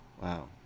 Wow